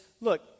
look